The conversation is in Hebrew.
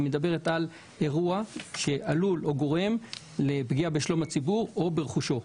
היא מדברת על אירוע שעלול או גורם לפגיעה בשלום הציבור או ברכושו.